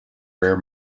rare